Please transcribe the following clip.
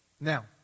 Now